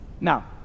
Now